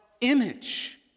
image